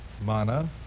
Mana